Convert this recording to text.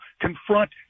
confront